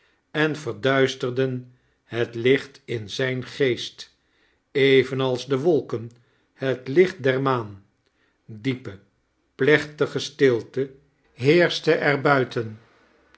en verduisterden het licht in zijn geest eveinals de wolkeai het licht der maan diepe pilechtige stilte heersehte er